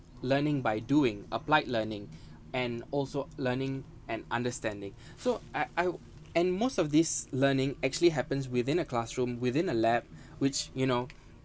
learning by doing applied learning and also learning and understanding so I I and most of these learning actually happens within the classroom within a lab which you know